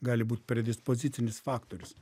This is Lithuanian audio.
gali būt predispozicinis faktorius